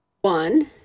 One